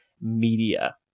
media